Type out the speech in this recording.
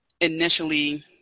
initially